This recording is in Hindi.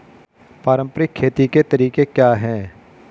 पारंपरिक खेती के तरीके क्या हैं?